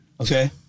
Okay